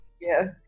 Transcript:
Yes